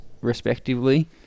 respectively